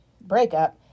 breakup